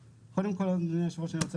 קודם כל אדוני יושב הראש אני רוצה